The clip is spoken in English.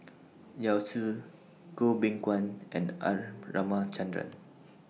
Yao Zi Goh Beng Kwan and R Ramachandran